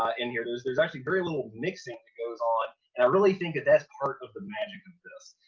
ah in here, there's there's actually very little mixing that goes on, and i really think that that's part of the magic of this.